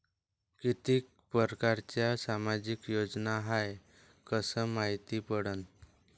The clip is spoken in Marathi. कितीक परकारच्या सामाजिक योजना हाय कस मायती पडन?